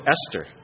Esther